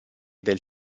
del